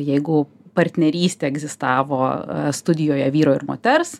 jeigu partnerystė egzistavo studijoje vyro ir moters